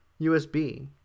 usb